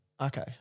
Okay